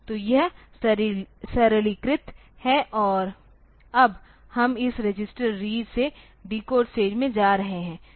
तो यह सरलीकृत है और अब हम इस रजिस्टर रीड से डिकोड स्टेज में जा रहे हैं